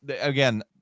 again